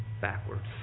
backwards